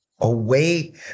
away